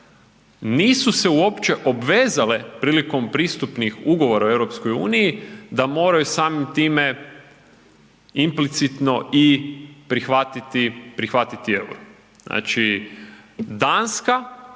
nisu se uopće obvezale prilikom pristupnih ugovora u EU da moraju samim time implicitno i prihvatiti euro. Znači Danska